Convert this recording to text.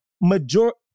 majority